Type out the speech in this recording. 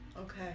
Okay